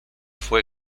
fue